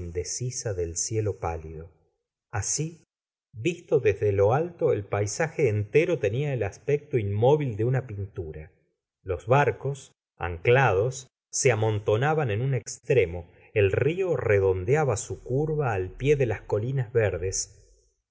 indecisa del cielo pálido así visto desde lo alt el paisaje entero tenia el aspecto inmóvil de una pintura los barcos anclados se amontonaban en un extremo el río redondeaba su curva al pie de las colinas verdes